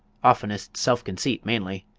oftenest self-conceit mainly.